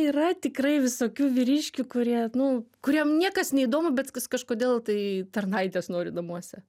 yra tikrai visokių vyriškių kurie nu kuriem niekas neįdomu bet kas kažkodėl tai tarnaitės nori namuose